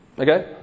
Okay